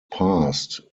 passed